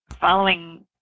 following